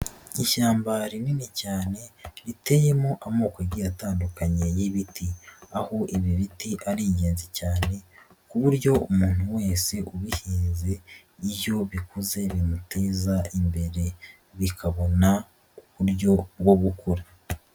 Ishyamba rinini cyane, riteyemo amoko agiye atandukanye y'ibiti. Aho ibi biti ari ingenzi cyane ku buryo umuntu wese ubihinze, iyo bikuze bimuteza imbere. Bikabona uburyo bwo gukura.